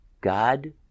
God